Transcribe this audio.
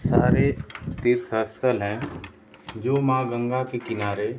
सारे तीर्थ स्थल हैं जो माँ गंगा के किनारे